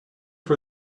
for